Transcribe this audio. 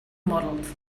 models